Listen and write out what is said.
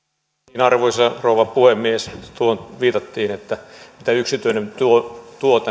arvoisa rouva puhemies kun tuohon viitattiin mitä yksityinen tuo